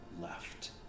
left